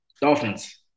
Dolphins